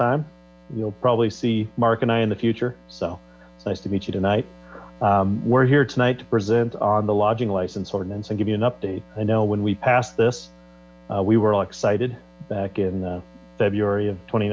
time you'll probably see mark and in the future so nice to meet you tonight we're here tonight to present on the lodging license ordinance and give you an update i know when we passed this we were all excited back in february of twenty